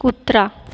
कुत्रा